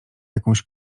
jakąś